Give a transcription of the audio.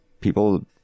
people